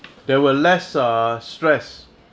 there were less err stress